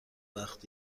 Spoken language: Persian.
وقت